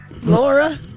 Laura